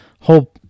whole